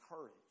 courage